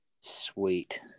Sweet